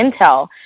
Intel